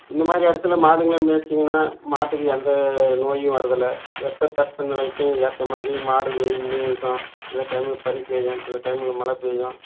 இந்த மாதிரி இடத்துல மாடுங்களை மேய்ச்சிங்கன்னா மாட்டுக்கு எந்த நோயும் வர்றதில்லை வெட்ப தட்ப நிலைக்கும் ஏற்ற மாதிரி மாடு வெய்யில்லேயும் இருக்கும் சில டைமில் பனி பெய்யும் சில டைமில் மழை பெய்யும்